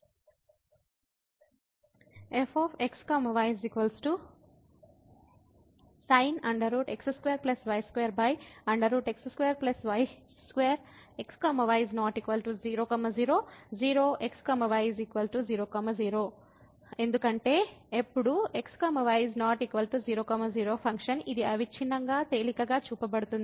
ఎందుకంటే ఎప్పుడు x y ≠ 00 function ఇది అవిచ్ఛిన్నంగా తేలికగా చూపబడుతుంది